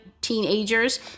teenagers